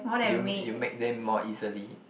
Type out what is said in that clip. you you make them more easily